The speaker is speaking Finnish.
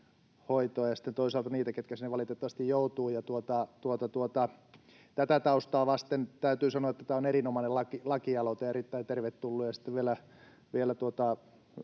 ja sitten toisaalta niiden kanssa, jotka sinne valitettavasti joutuvat. Tätä taustaa vasten täytyy sanoa, että tämä on erinomainen lakialoite ja erittäin tervetullut